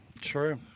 true